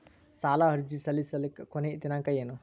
ಸಾಲ ಅರ್ಜಿ ಸಲ್ಲಿಸಲಿಕ ಕೊನಿ ದಿನಾಂಕ ಏನು?